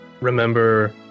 remember